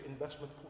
investment